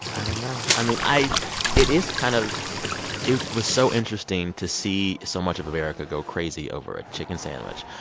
i don't know. i mean, i it is kind of it was so interesting to see so much of america go crazy over a chicken sandwich.